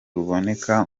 ruboneka